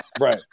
Right